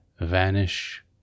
vanish